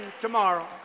tomorrow